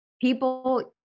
People